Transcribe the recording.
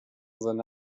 seine